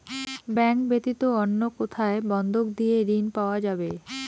Bank ব্যাতীত অন্য কোথায় বন্ধক দিয়ে ঋন পাওয়া যাবে?